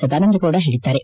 ಸದಾನಂದಗೌಡ ಹೇಳದ್ದಾರೆ